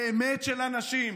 באמת של האנשים.